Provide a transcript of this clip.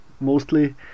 mostly